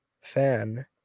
fan